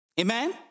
Amen